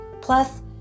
Plus